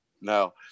no